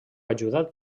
ajudat